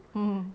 mm